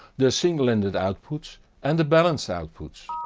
the single-ended outputs and the balanced outputs.